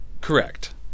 Correct